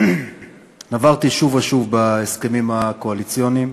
נברתי שוב ושוב בהסכמים הקואליציוניים,